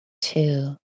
Two